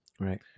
Right